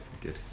Good